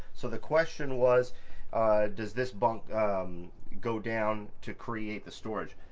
so the question was does this bunk go down to create the storage?